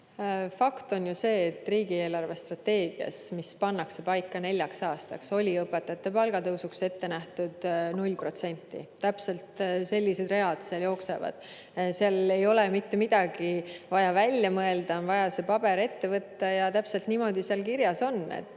Fakt on ju see, et riigi eelarvestrateegias, mis pannakse paika neljaks aastaks, oli õpetajate palga tõusuks ette nähtud 0%. Täpselt sellised read seal jooksevad. Seal ei ole mitte midagi vaja välja mõelda, on vaja see paber ette võtta – täpselt niimoodi seal kirjas on. Ma